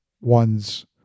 one's